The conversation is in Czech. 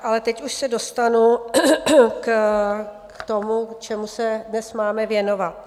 Ale teď už se dostanu k tomu, čemu se dnes máme věnovat.